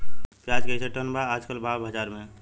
प्याज कइसे टन बा आज कल भाव बाज़ार मे?